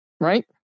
right